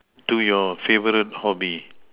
to your favourite hobby